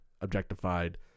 objectified